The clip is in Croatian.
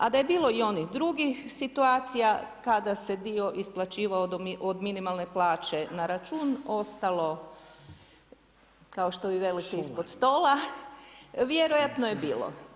A da je bilo i onih drugih situacija kada se dio isplaćivao od minimalne plaće na račun, ostalo kao što vi velite ispod stola, vjerojatno je bilo.